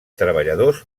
treballadors